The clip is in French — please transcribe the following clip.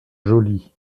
joli